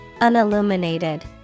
Unilluminated